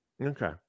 Okay